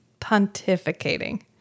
pontificating